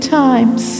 times